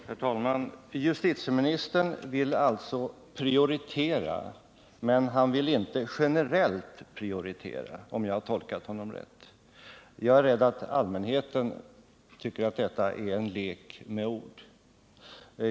Herr talman! Justitieministern vill alltså prioritera, men han vill inte generellt prioritera, om jag har tolkat honom rätt. Jag är rädd för att allmänheten tycker att detta är en lek med ord.